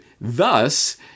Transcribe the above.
thus